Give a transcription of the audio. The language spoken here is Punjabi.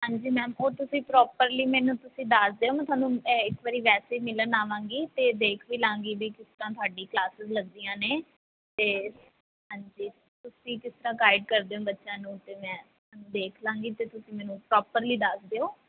ਹਾਂਜੀ ਮੈਮ ਉਹ ਤੁਸੀਂ ਪ੍ਰੋਪਰਲੀ ਮੈਨੂੰ ਤੁਸੀਂ ਦੱਸ ਦਿਓ ਮੈਂ ਤੁਹਾਨੂੰ ਇੱਕ ਵਾਰੀ ਵੈਸੇ ਹੀ ਮਿਲਣ ਆਵਾਂਗੀ ਅਤੇ ਦੇਖ ਵੀ ਲਵਾਂਗੀ ਬਈ ਕਿਸ ਤਰ੍ਹਾਂ ਤੁਹਾਡੀ ਕਲਾਸਿਸ ਲੱਗਦੀਆਂ ਨੇ ਅਤੇ ਹਾਂਜੀ ਤੁਸੀਂ ਕਿਸ ਤਰ੍ਹਾਂ ਗਾਈਡ ਕਰਦੇ ਹੋ ਬੱਚਿਆਂ ਨੂੰ ਅਤੇ ਮੈਂ ਦੇਖ ਲਵਾਂਗੀ ਅਤੇ ਤੁਸੀਂ ਮੈਨੂੰ ਪ੍ਰੋਪਰਲੀ ਦੱਸ ਦਿਓ